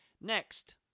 Next